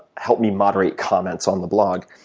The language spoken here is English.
help me moderate comments on the blog,